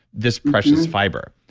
this precious fiber.